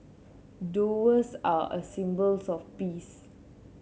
doves are a symbols of peace